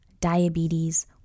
diabetes